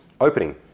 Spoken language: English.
opening